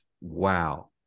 Wow